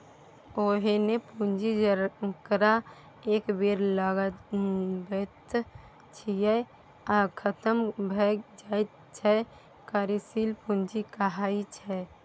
ओहेन पुंजी जकरा एक बेर लगाबैत छियै आ खतम भए जाइत छै कार्यशील पूंजी कहाइ छै